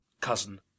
Cousin